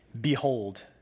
behold